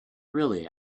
really